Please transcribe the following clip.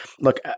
Look